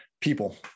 People